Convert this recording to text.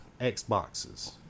Xboxes